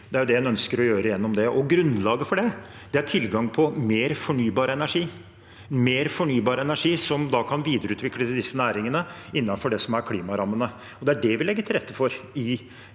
Det er det en ønsker å gjøre gjennom det. Grunnlaget for det er tilgang på mer fornybar energi – mer fornybar energi som kan videreutvikle disse næringene innenfor det som er klimarammene. Det er det vi legger til rette for i